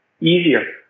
easier